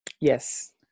yes